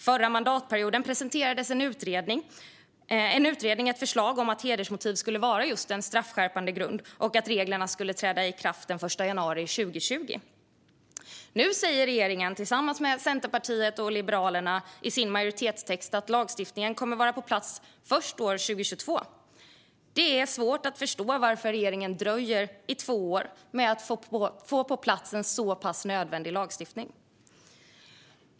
Förra mandatperioden presenterades en utredning med ett förslag om att hedersmotiv skulle vara en straffskärpande grund och att reglerna skulle träda i kraft den 1 januari 2020. Nu säger regeringen, tillsammans med Centerpartiet och Liberalerna, i sin majoritetstext att lagstiftningen kommer att vara på plats först år 2022. Det är svårt att förstå varför regeringen dröjer i två år med att få på plats en så nödvändig lagstiftning.